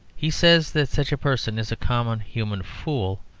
he says that such a person is a common human fool,